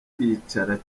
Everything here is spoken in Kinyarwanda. kwicara